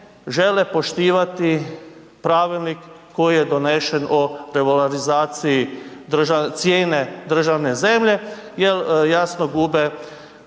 žele poštivati pravilnik koji je donešen o revalorizaciji cijene državne zemlje jel jasno gube